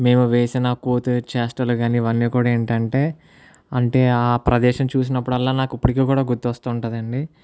మేము వేసిన కోతి చేష్టలు కానీ ఇవన్నీ కూడా ఏంటంటే అంటే ఆ ప్రదేశం చూసినప్పుడల్లా నాకు ఇప్పటికీ కూడా గుర్తు వస్తూ ఉంటుందండి